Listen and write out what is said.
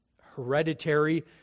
hereditary